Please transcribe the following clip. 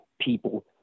people